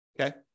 Okay